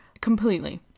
Completely